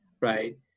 right